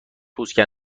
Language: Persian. پوست